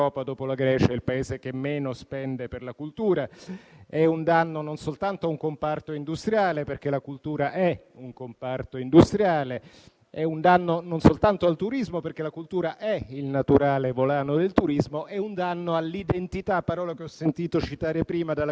industriale; non soltanto al turismo, perché la cultura è il naturale volano del turismo; ma è un danno all'identità, parola che ho sentito citare prima dalla collega Nugnes e che - a mio avviso - è centrale in questo nostro dibattito. Chi avesse letto l'ultimo libro, tradotto da poco, di Francis Fukuyama